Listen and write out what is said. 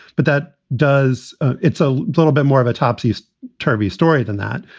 but that does it's a little bit more of a topsy turvy story than that.